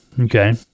Okay